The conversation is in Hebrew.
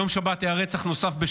ביום שבת היה רצח נוסף של